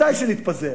מתי שנתפזר,